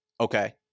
Okay